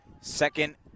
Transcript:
Second